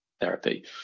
therapy